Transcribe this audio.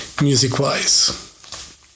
music-wise